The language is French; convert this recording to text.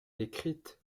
décrite